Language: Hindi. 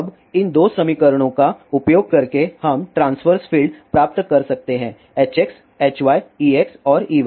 अब इन दो समीकरणों का उपयोग करके हम ट्रांस्वर्स फील्ड प्राप्त कर सकते हैं Hx Hy Ex और Ey